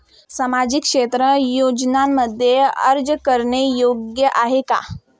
सामाजिक क्षेत्र योजनांमध्ये अर्ज करणे योग्य आहे का?